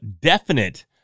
definite